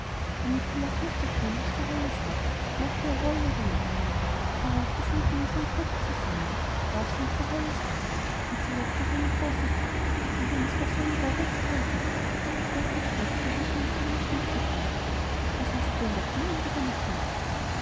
der nikolaus mußte tun was frau holle sagte mochte er wollen oder nicht er raffte seine besen und ruten zusammen warf sie in frau hollens wagen und zuletzt noch einen großen sack in dem es gar sonderbar rumpelte und rappelte so daß das christkind mit seinem feinen stimmchen fragte was hast du denn da drinnen lieber nikolaus